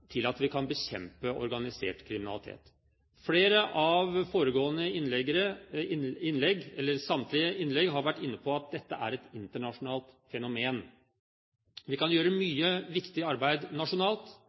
bekjempe organisert kriminalitet. Samtlige innlegg har vært inne på at dette er et internasjonalt fenomen. Vi kan gjøre